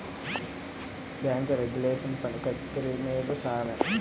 bank regulation పని కత్తి మీద సామే